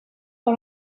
par